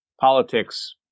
politics